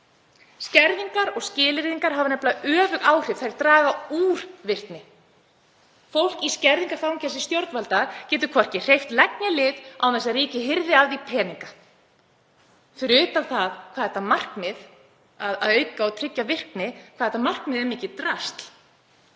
Skerðingar og skilyrðingar hafa nefnilega öfug áhrif. Þær draga úr virkni. Fólk í skerðingarfangelsi stjórnvalda getur hvorki hreyft legg né lið án þess að ríkið hirði af því peninga, fyrir utan það hvað þetta markmið, að auka og tryggja virkni, er mikið drasl.